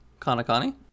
Kanakani